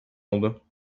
oldu